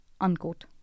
Unquote